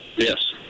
Yes